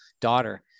daughter